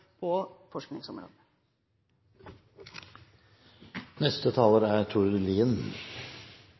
vedtatt. Første taler er Tord Lien.